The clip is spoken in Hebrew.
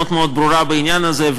מאוד מאוד ברור בעניין הזה,